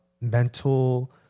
mental